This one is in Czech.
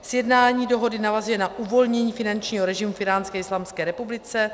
Sjednání dohody navazuje na uvolnění finančního režimu v Íránské islámské republice.